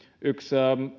yksi